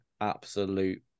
absolute